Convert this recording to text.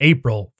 April